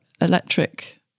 electric